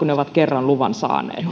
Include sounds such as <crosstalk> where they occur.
<unintelligible> ne ovat kun niille on kerran lupa saatu